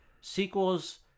sequels